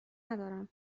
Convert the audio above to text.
ندارم